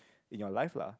in your life lah